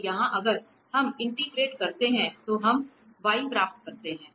तो यहाँ अगर हम इंटिग्रेट करते हैं तो हम v प्राप्त करेंगे